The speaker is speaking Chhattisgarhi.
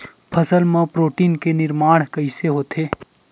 फसल मा प्रोटीन के निर्माण कइसे होथे?